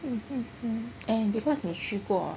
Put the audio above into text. hmm and because 你去过